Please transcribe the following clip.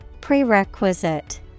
Prerequisite